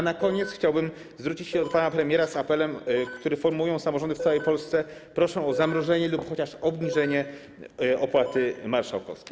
Na koniec chciałbym zwrócić się do pana premiera z apelem, który formułują samorządy w całej Polsce - proszą o zamrożenie lub chociaż obniżenie opłaty marszałkowskiej.